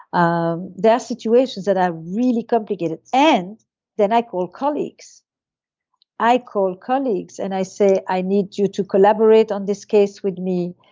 um there are situations that are really complicated and then i call colleagues i call colleagues and i say, i need you to collaborate on this case with me.